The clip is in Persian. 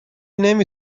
نمی